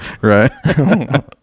right